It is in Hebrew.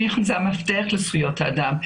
מדובר במפתח לשאר זכויות האדם.